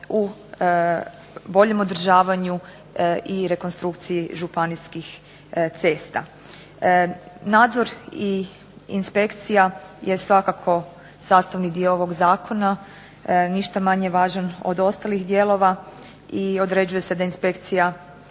u boljem održavanju i rekonstrukciji županijskih cesta. Nadzor i inspekcija je svakako sastavni dio ovog Zakona, ništa manje važan od ostalih dijelova. I određuje se da Inspekcija